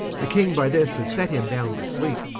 the king by this, is set him downe to sleepe